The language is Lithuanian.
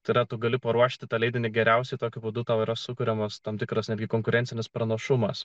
tada tu gali paruošti tą leidinį geriausiai tokiu būdu tau yra sukuriamas tam tikras netgi konkurencinis pranašumas